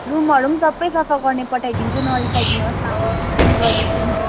रूमहरू पनि सबै सफा गर्ने पठाइदिन्छु नरिसाइदिनुहोस् न अब चेन्ज गरिदिन्छु नि